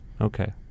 Okay